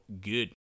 good